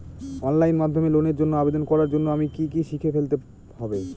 Online মাধ্যমে লোনের জন্য আবেদন করার জন্য আমায় কি কি শিখে ফেলতে হবে?